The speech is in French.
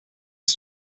qui